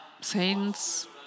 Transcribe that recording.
saints